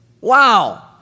Wow